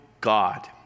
God